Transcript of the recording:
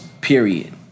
Period